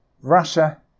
Russia